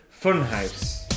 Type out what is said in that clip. Funhouse